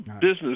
business